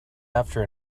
after